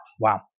Wow